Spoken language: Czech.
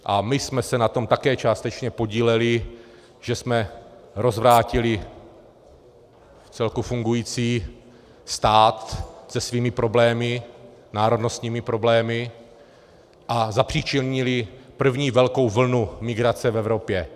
A my jsme se na tom také částečně podíleli, že jsme rozvrátili vcelku fungující stát s jeho problémy, národnostními problémy, a zapřičinili první velkou vlnu migrace v Evropě.